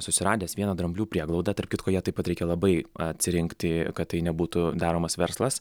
susiradęs vieną dramblių prieglaudą tarp kitko jie taip pat reikia labai atsirinkti kad tai nebūtų daromas verslas